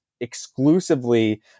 exclusively